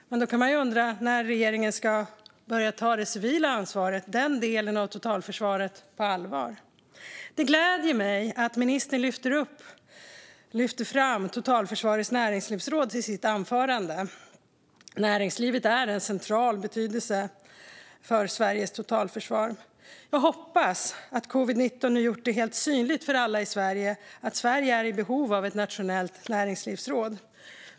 Men då kan man undra när regeringen ska börja ta det civila ansvaret, den delen av totalförsvaret, på allvar. Det gläder mig att ministern lyfter fram totalförsvarets näringslivsråd i sitt anförande. Näringslivet är av central betydelse för Sveriges totalförsvar. Jag hoppas att covid-19 nu gjort det helt synligt för alla i Sverige att Sverige är i behov av ett nationellt näringslivsråd.